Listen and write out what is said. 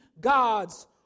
God's